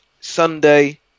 Sunday